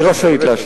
היא רשאית להשיב.